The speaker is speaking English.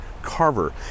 carver